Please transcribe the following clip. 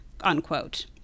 unquote